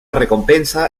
recompensa